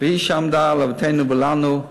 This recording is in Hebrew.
"והיא שעמדה לאבותינו ולנו,